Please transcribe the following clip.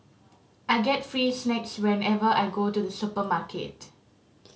I get free snacks whenever I go to the supermarket